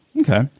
Okay